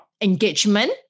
engagement